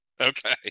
Okay